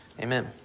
Amen